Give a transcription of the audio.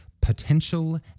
Potential